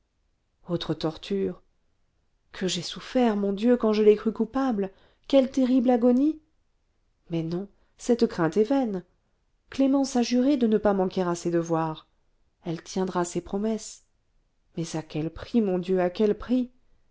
autre torture que j'ai souffert mon dieu quand je l'ai crue coupable quelle terrible agonie mais non cette crainte est vaine clémence a juré de ne pas manquer à ses devoirs elle tiendra ses promesses mais à quel prix mon dieu à quel prix